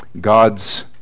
God's